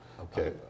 Okay